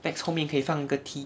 vex 后面可以放个 T